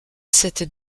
cette